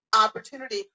Opportunity